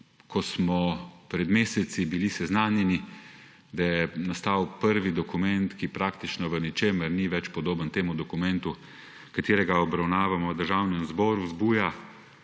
ko smo bili pred meseci seznanjeni, da je nastal prvi dokument, ki praktično v ničemer več ni podoben dokumentu, ki ga obravnavamo v Državnem zboru – vzbuja